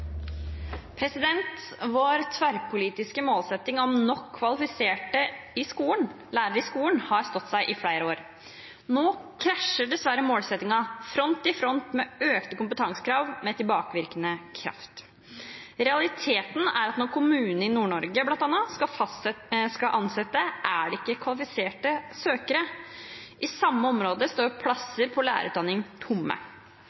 Vår tverrpolitiske målsetting om nok kvalifiserte lærere i skolen har stått seg i flere år. Nå krasjer dessverre målsettingen front i front med økte kompetansekrav med tilbakevirkende kraft. Realiteten er at når kommunene i Nord-Norge bl.a. skal ansette, er det ikke kvalifiserte søkere. I samme område står plasser på lærerutdanningen tomme.